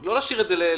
לא להשאיר את זה לקופה,